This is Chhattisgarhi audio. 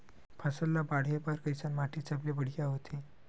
फसल ला बाढ़े बर कैसन माटी सबले बढ़िया होथे?